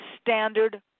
standard